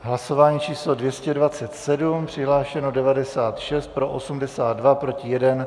Hlasování číslo 227, přihlášeno 96, pro 82, proti 1.